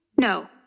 No